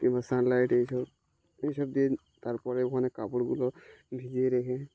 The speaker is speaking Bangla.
কিংবা সানলাইট এইসব এইসব দিয়ে তারপরে ওখানে কাপড়গুলো ভিজিয়ে রেখে